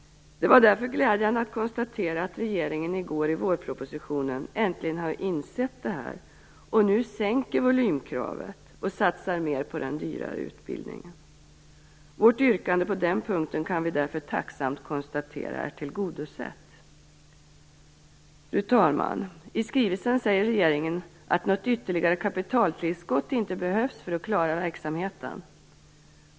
Det var därför glädjande att konstatera att regeringen i vårpropositionen äntligen har insett detta och nu sänker volymkravet och satsar mer på den dyrare utbildningen. Vi kan därför tacksamt konstatera att vårt yrkande på den punkten är tillgodosett. Fru talman! I skrivelsen säger regeringen att något ytterligare kapitaltillskott inte behövs för att klara verksamheten.